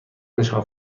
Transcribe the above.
نشان